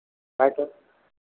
बैठो